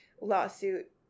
lawsuit